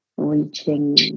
reaching